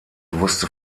wusste